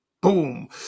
boom